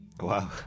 Wow